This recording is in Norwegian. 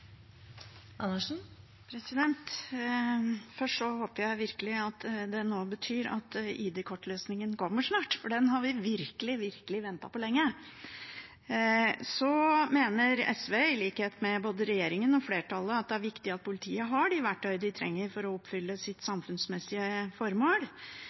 først si at jeg håper dette betyr at ID-kortløsningen kommer snart, for den har vi virkelig ventet på lenge. SV mener, i likhet med både regjeringen og flertallet, at det er viktig at politiet har de verktøy de trenger for å oppfylle sitt samfunnsmessige formål.